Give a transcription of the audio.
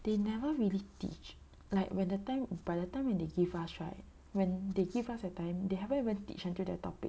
they never really teach like when the time by that time when they give us right when they give us that time they haven't even teach until that topic